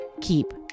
keep